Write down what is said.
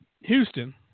Houston